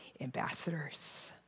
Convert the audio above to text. ambassadors